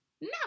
no